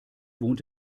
wohnt